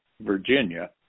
Virginia